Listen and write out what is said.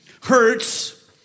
hurts